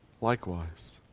likewise